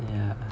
yeah